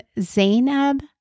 Zainab